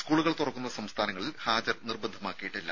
സ്കൂളുകൾ തുറക്കുന്ന സംസ്ഥാനങ്ങളിൽ ഹാജർ നിർബന്ധമാക്കിയിട്ടില്ല